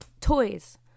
toys